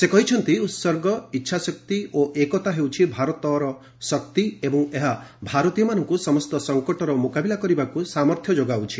ସେ କହିଛନ୍ତି ଉତ୍ଗର୍ଚ ଇଚ୍ଛାଶକ୍ତି ଓ ଏକତା ହେଉଛି ଭାରତର ଶକ୍ତି ଏବଂ ଏହା ଭାରତୀୟମାନଙ୍କୁ ସମସ୍ତ ସଂକଟର ମୁକାବିଲା କରିବାକୁ ସାମର୍ଥ୍ୟ ଯୋଗାଉଛି